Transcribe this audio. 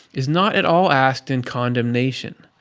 is not at all asked in condemnation.